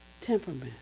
temperament